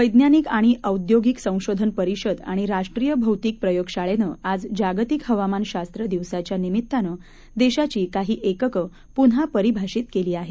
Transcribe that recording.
वैज्ञानिक आणि औद्यागिक संशोधन परिषद आणि राष्ट्रीय भौतीक प्रयोगशाळेनं आज जागतिक हवामानशास्र दिवसाच्या निमित्तानं देशाची काही एककं पुन्हा परिभाषित केली आहेत